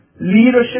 leadership